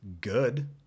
good